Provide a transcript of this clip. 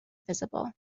visible